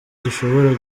dushobora